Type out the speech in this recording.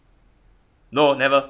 no never